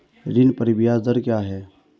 ऋण पर ब्याज दर क्या है?